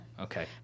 Okay